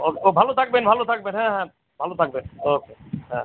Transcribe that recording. ও ও ভালো থাকবেন ভালো থাকবেন হ্যাঁ হ্যাঁ ভালো থাকবেন ওকে হ্যাঁ হ্যাঁ